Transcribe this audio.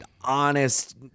honest